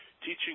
teaching